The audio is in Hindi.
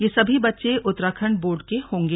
ये सभी बच्चे उत्तराखण्ड बोर्ड के होंगे